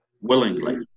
willingly